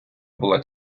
була